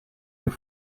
your